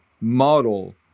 model